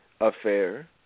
affair